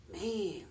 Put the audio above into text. Man